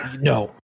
No